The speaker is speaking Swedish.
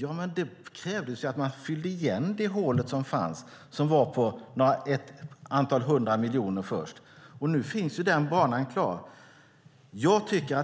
Ja, men det krävdes ju att man först fyllde igen det hål på ett antal hundra miljoner som fanns. Nu är den banan klar.